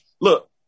Look